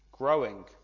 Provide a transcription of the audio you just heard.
growing